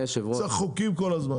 למה צריך כל הזמן חוקים.